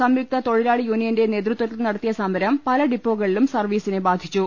സംയുക്ത തൊഴിലാളി യൂണിയന്റെ നേതൃത്വത്തിൽ നടത്തിയ സമരം പല ഡിപ്പോകളിലും സർവീസിനെ ബാധിച്ചു